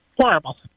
horrible